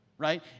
right